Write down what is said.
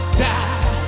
die